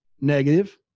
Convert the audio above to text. negative